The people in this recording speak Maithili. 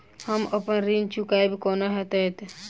हम अप्पन ऋण चुकाइब कोना हैतय?